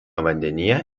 vandenyje